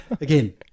Again